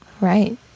Right